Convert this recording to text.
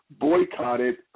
boycotted